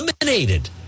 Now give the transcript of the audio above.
eliminated